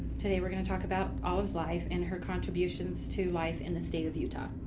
today we're going to talk about olive's life and her contributions to life in the state of utah.